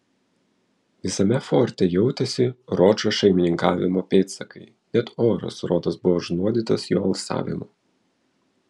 visame forte jautėsi ročo šeimininkavimo pėdsakai net oras rodos buvo užnuodytas jo alsavimo